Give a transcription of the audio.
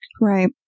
right